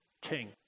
king